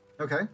Okay